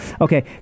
Okay